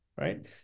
right